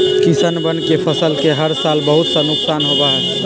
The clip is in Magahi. किसनवन के फसल के हर साल बहुत सा नुकसान होबा हई